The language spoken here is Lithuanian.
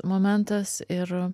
momentas ir